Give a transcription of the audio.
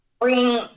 bring